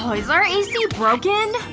ah is our a c broken?